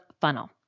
funnel